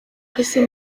ese